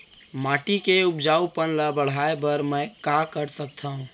माटी के उपजाऊपन ल बढ़ाय बर मैं का कर सकथव?